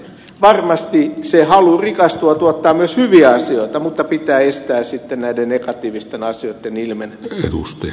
varmasti se halu rikastua tuottaa myös hyviä asioita mutta pitää estää sitten näiden negatiivisten asioitten ilmeneminen